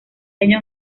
año